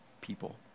people